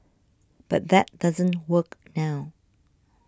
but that doesn't work now